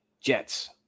Jets